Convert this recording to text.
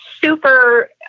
super